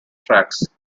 tracks